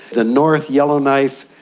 the north yellowknife.